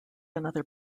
another